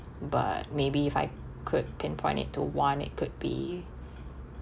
but maybe if I could pinpoint it to one it could be